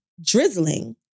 drizzling